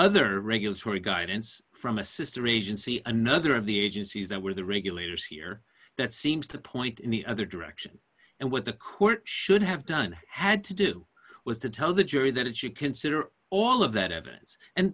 other regulatory guidance from a sister agency another of the agencies that were the regulators here that seems to point in the other direction and what the court should have done had to do was to tell the jury that it should consider all of that evidence and